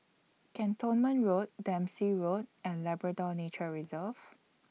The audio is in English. Cantonment Road Dempsey Road and Labrador Nature Reserve